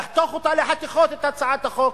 לחתוך אותה לחתיכות, את הצעת החוק.